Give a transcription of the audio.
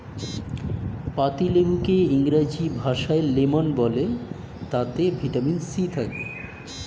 পাতিলেবুকে ইংরেজি ভাষায় লেমন বলে তাতে ভিটামিন সি থাকে